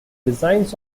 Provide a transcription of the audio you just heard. designs